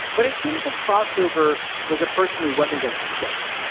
but it seemed like a crossover was a person who wasn't going to stay